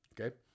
okay